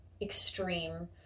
extreme